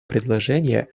предложения